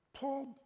Paul